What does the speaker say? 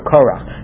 Korach